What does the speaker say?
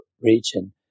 region